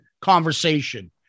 conversation